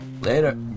Later